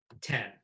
Ten